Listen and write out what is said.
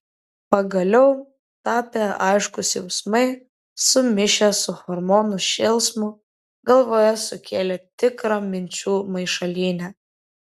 pagaliau tapę aiškūs jausmai sumišę su hormonų šėlsmu galvoje sukėlė tikrą minčių maišalynę